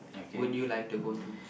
would you like to go to